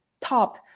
top